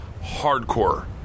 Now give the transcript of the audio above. hardcore